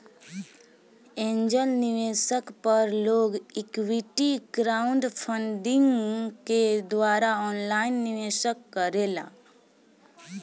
angel निवेशक पर लोग इक्विटी क्राउडफण्डिंग के द्वारा ऑनलाइन निवेश करेला